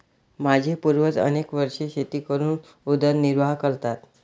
माझे पूर्वज अनेक वर्षे शेती करून उदरनिर्वाह करतात